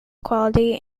quality